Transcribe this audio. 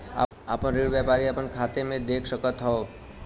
आपन ऋण व्यापारी अपने खाते मे देख सकत हौ